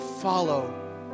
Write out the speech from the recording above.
Follow